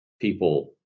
people